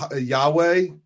Yahweh